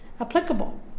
applicable